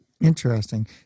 Interesting